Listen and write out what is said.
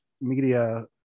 media